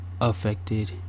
affected